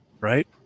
right